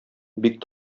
бик